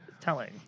telling